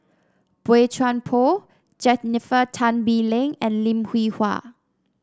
Boey Chuan Poh Jennifer Tan Bee Leng and Lim Hwee Hua